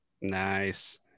nice